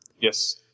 Yes